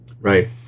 Right